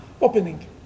opening